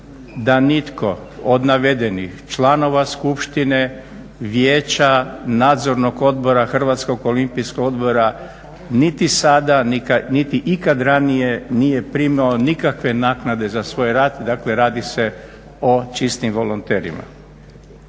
da nitko od navedenih članova Skupštine, Vijeća, Nadzornog odbora Hrvatskog olimpijskog odbora niti sada, niti ikada ranije nije primalo nikakve naknade za svoj rad. Dakle, radi se o čistim volonterima.